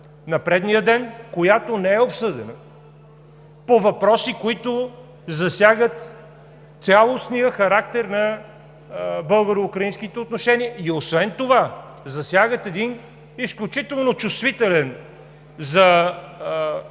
предния ден, която не е обсъдена, по въпроси, които засягат цялостния характер на българо-украинските отношения. И освен това засягат един изключително чувствителен за